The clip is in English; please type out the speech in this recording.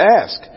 ask